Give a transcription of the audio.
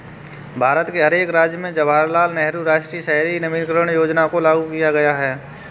भारत के हर एक राज्य में जवाहरलाल नेहरू राष्ट्रीय शहरी नवीकरण योजना को लागू किया गया है